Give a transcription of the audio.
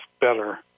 better